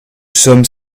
sommes